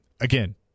again